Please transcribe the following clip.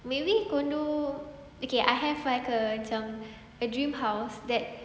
maybe condo okay I have a like macam a dream house that